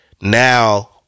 now